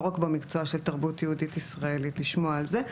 לא רק במקצוע של תרבות יהודית ישראלית לשמוע על זה,